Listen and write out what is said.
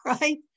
right